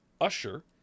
Usher